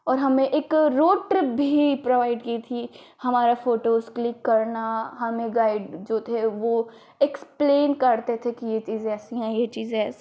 और हमें इक रोड ट्रिप भी प्रोवाइड की थी हमारा फोटोज क्लिक करना हमें गाइड जो थे वो एक्सप्लेन करते थे की ये चीज ऐसी है ये चीज ऐसी है